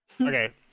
Okay